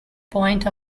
point